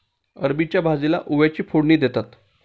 अरबीच्या भाजीला ओव्याची फोडणी देतात